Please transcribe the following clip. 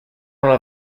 alla